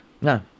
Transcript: No